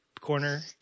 corner